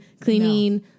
cleaning